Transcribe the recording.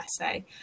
essay